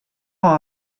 avoir